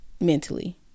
mentally